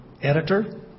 editor